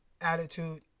attitude